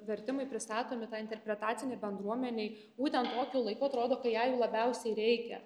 vertimai pristatomi tai interpretacinei bendruomenei būtent tokiu laiku atrodo kai jai jų labiausiai reikia